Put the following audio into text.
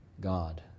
God